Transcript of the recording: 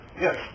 yes